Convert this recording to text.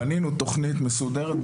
בנינו תוכנית מסודרת,